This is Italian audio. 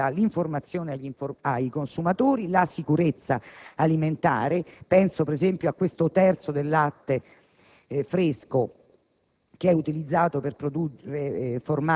molto seria che riguarda l'informazione ai consumatori e la sicurezza alimentare. Mi riferisco, per esempio, a questo terzo del latte fresco